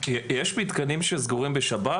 יש מתקנים שסגורים בשבת?